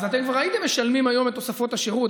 אז אתם כבר הייתם משלמים היום את תוספות השירות,